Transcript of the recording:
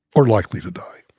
or likely to die.